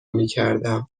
میکردم